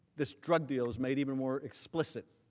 this drug deal is made even more explicit.